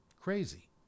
crazy